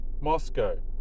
Moscow